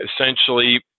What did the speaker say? essentially